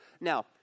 Now